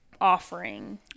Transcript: offering